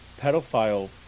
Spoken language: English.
pedophile